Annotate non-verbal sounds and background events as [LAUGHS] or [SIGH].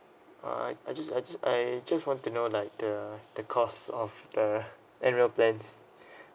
all right I just I just I just want to know like the cost of the [LAUGHS] annual plans [BREATH]